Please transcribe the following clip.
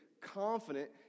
confident